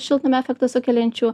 šiltnamio efektą sukeliančių